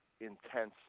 intense